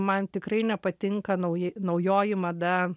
man tikrai nepatinka nauji naujoji mada